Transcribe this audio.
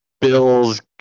Bills